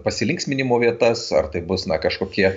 pasilinksminimo vietas ar tai bus na kažkokie